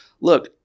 look